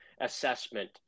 assessment